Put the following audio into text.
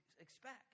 expect